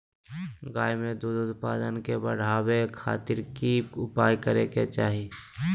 गाय में दूध उत्पादन के बढ़ावे खातिर की उपाय करें कि चाही?